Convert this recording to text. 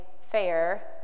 fair